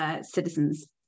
citizens